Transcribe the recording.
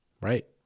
right